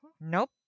Nope